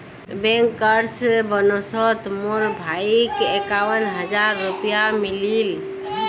bankers बोनसोत मोर भाईक इक्यावन हज़ार रुपया मिलील